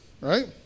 right